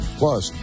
plus